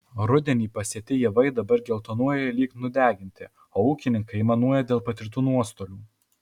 rudenį pasėti javai dabar geltonuoja lyg nudeginti o ūkininkai aimanuoja dėl patirtų nuostolių